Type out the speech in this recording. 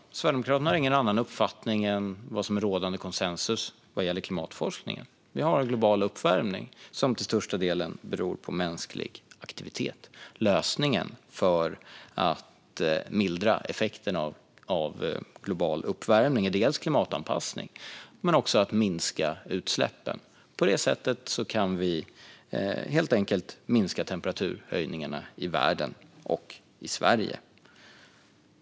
Herr talman! Sverigedemokraterna har ingen annan uppfattning än vad som är rådande konsensus inom klimatforskningen: Vi har en global uppvärmning som till största delen beror på mänsklig aktivitet. För att mildra effekterna av den globala uppvärmningen behövs klimatanpassning och att vi minskar utsläppen. På det sättet kan vi helt enkelt dämpa temperaturhöjningarna i världen och i Sverige.